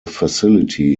facility